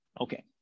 Okay